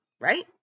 right